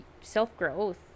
self-growth